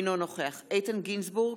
אינו נוכח איתן גינזבורג,